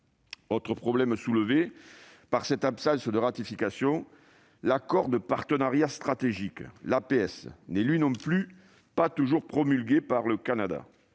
Autre problème soulevé par cette absence de ratification : l'accord de partenariat stratégique (APS) n'est lui non plus toujours pas promulgué par le Canada,